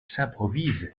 s’improvise